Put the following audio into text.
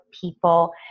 people